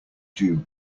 jew